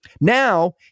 Now